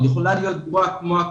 או יכולה להיות גרועה כמו הקורונה.